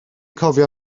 cofio